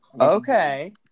Okay